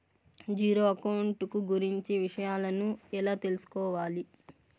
Zero account కు గురించి విషయాలను ఎలా తెలుసుకోవాలి?